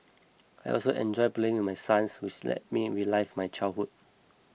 I also enjoy playing with my sons which lets me relive my childhood